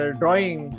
drawing